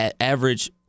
average